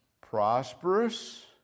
prosperous